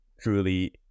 truly